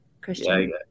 Christian